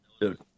Dude